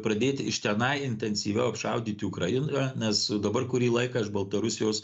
pradėti iš tenai intensyviau apšaudyti ukrainą nes dabar kurį laiką iš baltarusijos